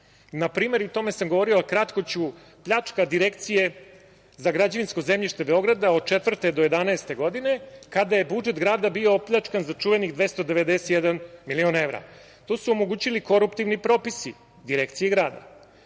Na primer, o tome sam govorio, ali kratko ću, pljačka Direkcije za građevinsko zemljište Beograda od 2004. do 2011. godine, kada je budžet grada bio opljačkan za čuvenih 291 milion evra. To su omogućili koruptivni propisi Direkcije grada.